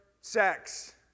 sex